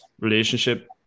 relationship